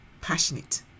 passionate